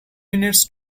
minutes